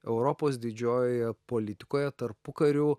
europos didžiojoje politikoje tarpukariu